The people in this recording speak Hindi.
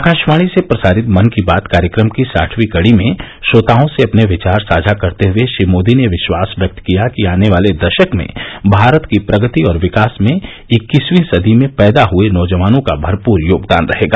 आकाशवाणी से प्रसारित मन की बात कार्यक्रम की साठवी कड़ी में श्रोताओं से अपने विचार साझा करते हुए श्री मोदी ने विश्वास व्यक्त किया कि आने वाले दशक में भारत की प्रगति और विकास में इक्कीसवीं सदी में र्पैदा हुए नौजवानों का भरपूर योगदान रहेगा